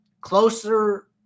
closer